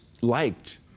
liked